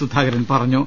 സുധാകരൻ പറഞ്ഞു